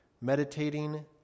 Meditating